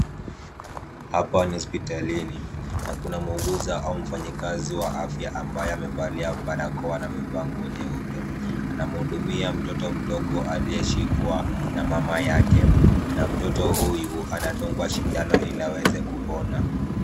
Hapa ni hospitalini na kuna muuguzi au mfanyikazi wa afya ambaye amevalia barakoa na amevaa nguo nyeupe. Anamhudumia mtoto mdogo aliyeshikwa na mama yake na mtoto huyu anadungwa sindano ili aweze kupona.